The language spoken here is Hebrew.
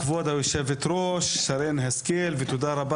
כבוד היושבת-ראש שרן השכל ותודה רבה